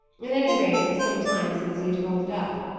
at any rate, it was some time since he had called it up.